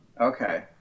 Okay